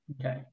Okay